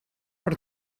per